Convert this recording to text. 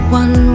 one